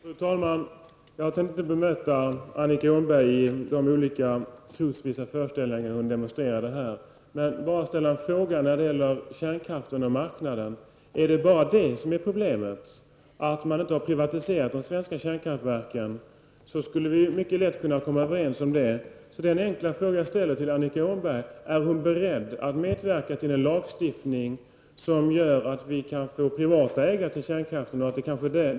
Fru talman! Jag tänker inte bemöta Annika Åhnberg i de olika trosvissa föreställningar hon demonstrerade här utan bara ställa en fråga när det gäller kärnkraften och marknaden. Är problemet det att man inte privatiserat de svenska kärnkraftverken? Det skulle vi ju lätt kunna komma överens om. Jag ställer den enkla frågan till Annika Åhnberg om hon är beredd att medverka till en lagstiftning som gör att vi kan få privata ägare till kärnkraftverken.